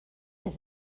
with